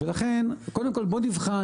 ולכן קודם כל בוא נבחן.